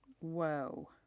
Whoa